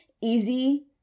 easy